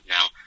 Now